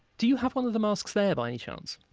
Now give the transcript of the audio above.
do you have one of the masks there, by any chance?